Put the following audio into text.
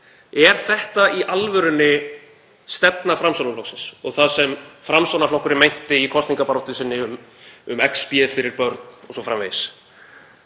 Er þetta í alvörunni stefna Framsóknarflokksins og það sem Framsóknarflokkurinn meinti í kosningabaráttu sinni um XB fyrir börn o.s.frv.?